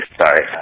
sorry